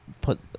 put